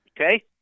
Okay